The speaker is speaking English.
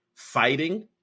fighting